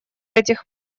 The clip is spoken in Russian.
этих